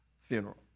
funeral